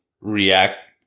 react